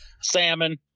Salmon